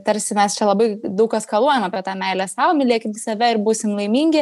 tarsi mes čia labai daug eskaluojam apie tą meilę sau mylėkit save ir būsim laimingi